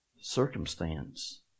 Circumstance